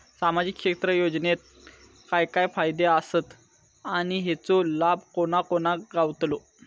सामजिक क्षेत्र योजनेत काय काय फायदे आसत आणि हेचो लाभ कोणा कोणाक गावतलो?